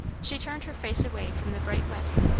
she turned her face away from the bright west,